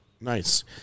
Nice